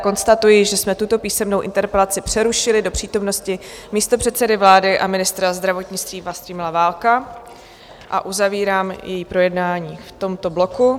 Konstatuji, že jsme tuto písemnou interpelaci přerušili do přítomnosti místopředsedy vlády a ministra zdravotnictví Vlastimila Válka, a uzavírám její projednání v tomto bloku.